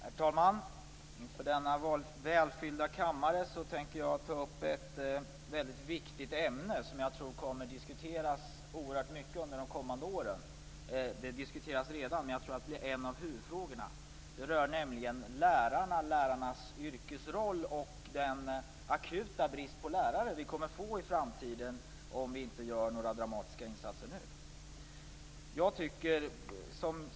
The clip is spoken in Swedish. Herr talman! Inför denna "välfyllda" kammare tänker jag ta upp ett mycket viktigt ämne som jag tror kommer att diskuteras oerhört mycket under de kommande åren. Det diskuteras nu, men jag tror att det blir en av huvudfrågorna. Det rör nämligen lärarna, deras yrkesroll och den akuta brist på lärare vi kommer att få i framtiden om vi inte gör dramatiska insatser nu.